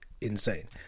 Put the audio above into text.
Insane